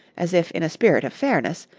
as if in a spirit of fairness,